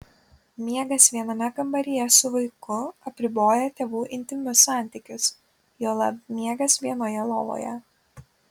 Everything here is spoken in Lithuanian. miegas viename kambaryje su vaiku apriboja tėvų intymius santykius juolab miegas vienoje lovoje